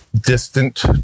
distant